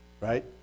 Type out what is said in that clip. right